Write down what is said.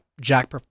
jack